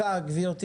תודה רבה.